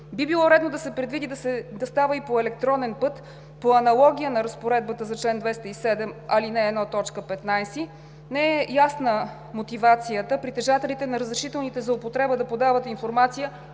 би било редно да се предвиди да става и по електронен път. По аналогия на Разпоредбата за чл. 207, ал. 1, т. 15 не е ясна мотивацията – притежателите на разрешителни за употреба да подават информация